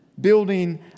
building